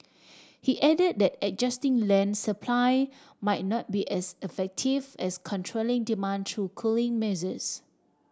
he added that adjusting land supply might not be as effective as controlling demand through cooling measures